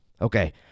okay